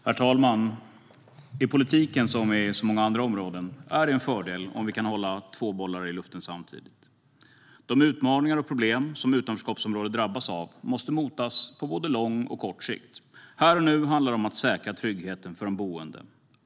Herr talman! I politiken, som på så många andra områden, är det en fördel om vi kan hålla två bollar i luften samtidigt. De utmaningar och problem som utanförskapsområden drabbas av måste motas på både lång och kort sikt. Här och nu handlar det om att säkra tryggheten för de boende.